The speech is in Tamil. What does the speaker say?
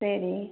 சரி